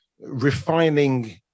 refining